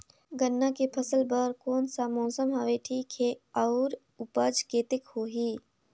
गन्ना के फसल बर कोन सा मौसम हवे ठीक हे अउर ऊपज कतेक होही?